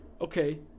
okay